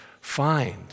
find